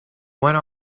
went